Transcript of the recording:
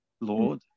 Lord